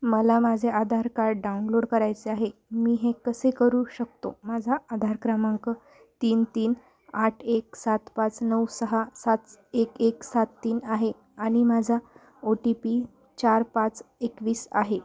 मला माझे Aadhaar card download करायचे आहे मी हे कसे करू शकतो माझा आधार क्रमांक तीन तीन आठ एक सात पाच नऊ सहा सात स एक एक सात तीन आहे आणि माझा ओ टी पी चार पाच एकवीस आहे